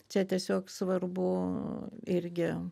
čia tiesiog svarbu irgi